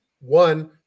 one